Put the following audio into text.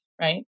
right